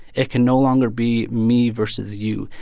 it can no longer be me versus you.